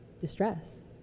distress